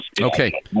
Okay